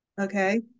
okay